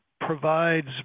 provides